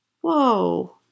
Whoa